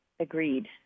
Agreed